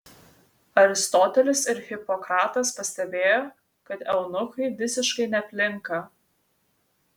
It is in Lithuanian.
aristotelis ir hipokratas pastebėjo kad eunuchai visiškai neplinka